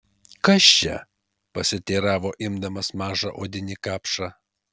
kas čia pasiteiravo imdamas mažą odinį kapšą